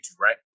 right